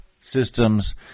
systems